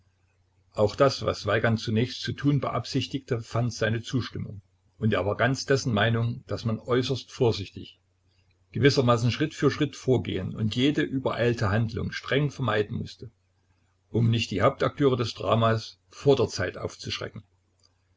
auch das was weigand zunächst zu tun beabsichtigte fand seine zustimmung und er war ganz dessen meinung daß man äußerst vorsichtig gewissermaßen schritt für schritt vorgehen und jede übereilte handlung streng vermeiden mußte um nicht die hauptakteure des dramas vor der zeit aufzuschrecken